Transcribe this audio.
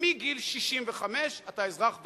מגיל 65 אתה אזרח ותיק,